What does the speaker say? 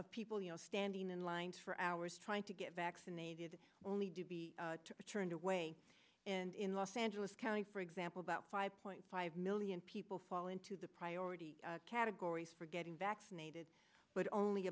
people standing in lines for hours trying to get vaccinated only do be turned away and in los angeles county for example about five point five million people fall into the priority categories for getting vaccinated but only